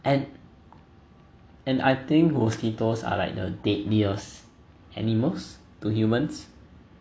and and I think mosquitoes are like the deadliest animals to humans